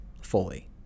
fully